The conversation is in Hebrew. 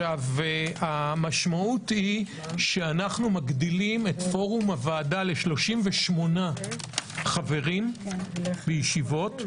המשמעות היא שאנחנו מגדילים את פורום הוועדה ל-38 חברים בישיבות,